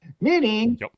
meaning